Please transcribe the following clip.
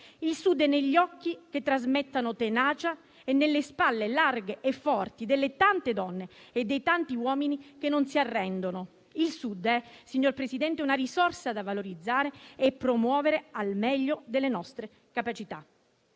Il Sud è negli occhi che trasmettono tenacia e nelle spalle larghe e forti delle tante donne e dei tanti uomini che non si arrendono. Il Sud, signor Presidente del Consiglio, è una risorsa da valorizzare e promuovere al meglio delle nostre capacità